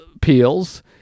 peels